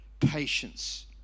patience